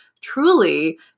truly